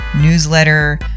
newsletter